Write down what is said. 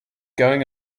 going